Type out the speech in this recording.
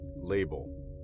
Label